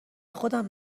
خودم